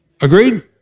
Agreed